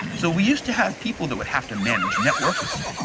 so, we used to have people that would have to manage networks,